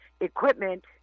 equipment